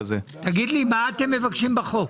תגיד לי מה אתם מבקשים בחוק.